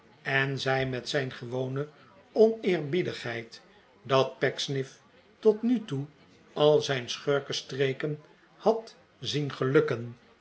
en zei met zijn gewonc oneerbiedigheid dat pecksniff tot nu toe al zijn schurkenstreken had zien gelukken